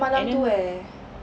and then